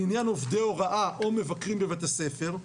לעניין עובדי הוראה או מבקרים בבית הספר,